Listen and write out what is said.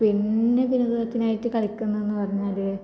പിന്നെ വിനോദത്തിനായിട്ട് കളിക്കുന്നെന്നു പറഞ്ഞാൽ